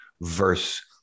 verse